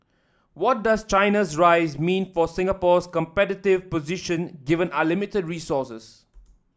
what does China's rise mean for Singapore's competitive position given our limited resources